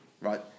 right